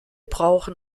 brauchen